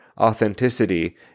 Authenticity